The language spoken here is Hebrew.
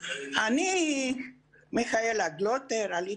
אני לא זוכר אם הודינו